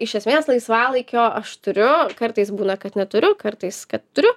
iš esmės laisvalaikio aš turiu kartais būna kad neturiu kartais kad turiu